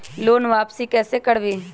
Loan वापसी कैसे करबी?